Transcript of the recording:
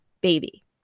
baby